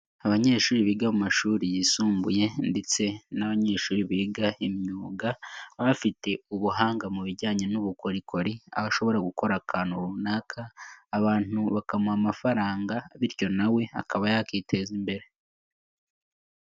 Abanyeshuri biga mu mashuri yisumbuye ndetse n'abanyeshuri biga imyuga baba bafite ubuhanga mu bijyanye n'ubukorikori aho ashobora gukora akantu runaka abantu bakamuha amafaranga bityo nawe akaba yakiteza imbere.